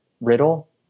Riddle